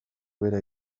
bera